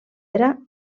era